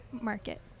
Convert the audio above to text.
market